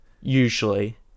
usually